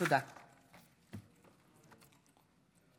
תקנות סמכויות מיוחדות להתמודדות עם נגיף הקורונה החדש (הוראת שעה)